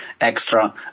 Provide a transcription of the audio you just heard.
extra